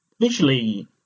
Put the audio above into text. Visually